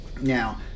Now